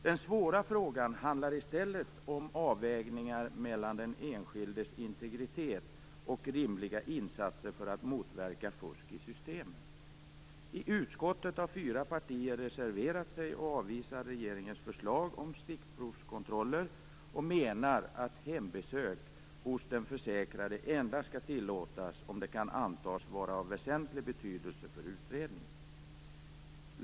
Den svåra frågan handlar i stället om avvägningar mellan den enskildes integritet och rimliga insatser för att motverka fusk i systemen. I utskottet har fyra partier reserverat sig och avvisar regeringens förslag om stickprovskontroller. Man menar att hembesök hos den försäkrade endast skall tillåtas om det kan antas vara av väsentlig betydelse för utredningen.